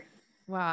Wow